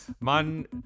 Man